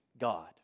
God